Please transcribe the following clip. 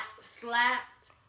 slapped